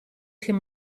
him